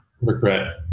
regret